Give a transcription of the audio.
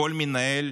כל מנהל,